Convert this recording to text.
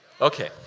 Okay